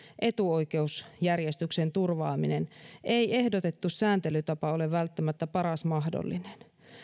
etuoikeusjärjestyksen turvaaminen ei ehdotettu sääntelytapa ole välttämättä paras mahdollinen